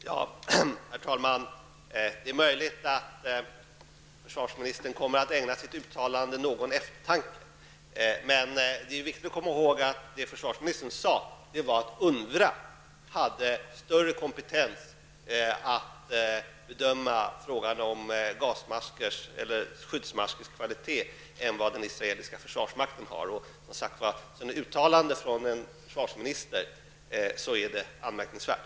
Herr talman! Möjligen kommer försvarsministern att ägna sitt uttalande någon eftertanke. Det är viktigt att komma ihåg att det som försvarsministern sade var att UNRWA hade större kompetens att bedöma frågan om skyddsmaskers kvalitet än den israeliska försvarsmakten. Ett sådant uttalande av en försvarsminister är anmärkningvärt.